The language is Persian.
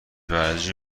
ورزشی